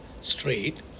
straight